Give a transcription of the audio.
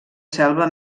selva